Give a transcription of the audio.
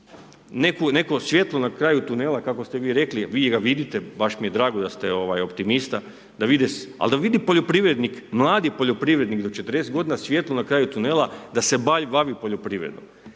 neko svjetlo na kraju tunela, kako ste vi rekli, vi ga vidite, baš mi je drago da ste optimista da vide, ali da vidi poljoprivrednik, mladi poljoprivrednik do 40 godina svjetlo na kraju tunela, da se bavi poljoprivredom.